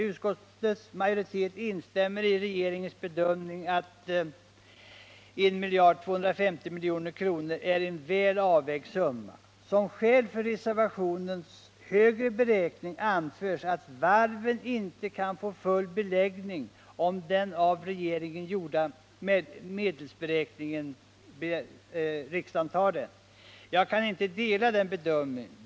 Utskottets majoritet instämmer i regeringens bedömning att 1 250 milj.kr. är en väl avvägd summa. Som skäl för reservationens högre beräkning anförs att varven inte kan få full beläggning om riksdagen godtar den av regeringen gjorda medelsberäkningen. Jag kan inte dela den bedömningen.